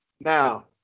Now